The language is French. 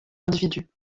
d’individus